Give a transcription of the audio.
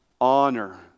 honor